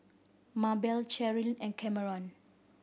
Mabelle Cherilyn and Cameron